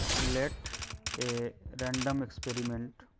let a random experiment